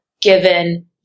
given